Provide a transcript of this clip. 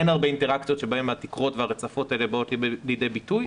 אין הרבה אינטראקציות שבהן התקרות והרצפות האלה באות לידי ביטוי.